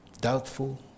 doubtful